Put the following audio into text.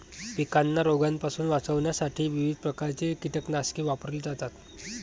पिकांना रोगांपासून वाचवण्यासाठी विविध प्रकारची कीटकनाशके वापरली जातात